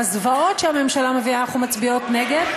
על הזוועות שהממשלה מביאה אנחנו מצביעות נגד,